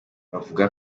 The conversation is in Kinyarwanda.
bavuga